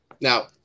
Now